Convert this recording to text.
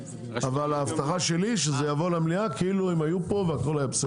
אבל ההבטחה שלי שזה יבוא למליאה כאילו הם היו פה והכל היה בסדר.